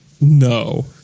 No